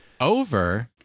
Over